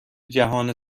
جهان